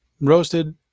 Roasted